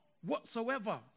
whatsoever